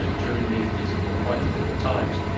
ah during these these quite difficult times.